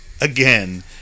again